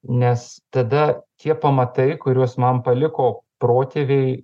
nes tada tie pamatai kuriuos man paliko protėviai